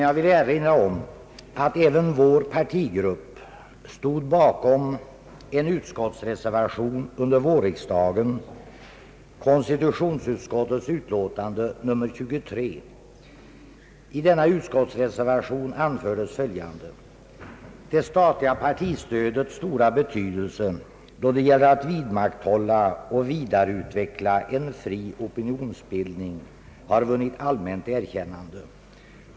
Jag vill emellertid erinra om att även vår partigrupp stod bakom en utskottsreservation under vårriksdagen, konstitutionsutskottets utlåtande nr 23. I denna utskottsreservation anfördes följande: »Det statliga partistödets stora betydelse, då det gäller att vidmakthålla och vidareutveckla en fri opinionsbildning har vunnit allmänt erkännande.